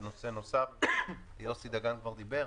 ונושא נוסף יוסי דגן כבר דיבר?